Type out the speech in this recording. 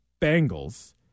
Bengals